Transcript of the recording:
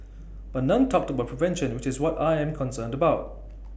but none talked about prevention which is what I am concerned about